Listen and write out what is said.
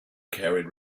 carried